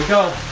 go.